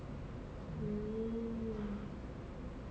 mm